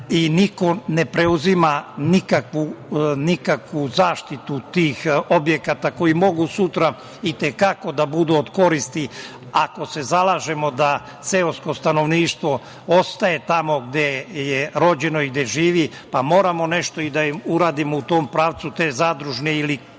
i niko ne preuzima nikakvu zaštitu tih objekata koji sutra mogu i te kako da budu od koristi. Ako se zalažemo da seosko stanovništvo ostaje tamo gde je rođeno i gde živi, pa moramo nešto i da im uradimo u tom pravcu, te zadružne ili domove